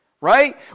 right